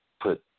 put